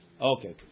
Okay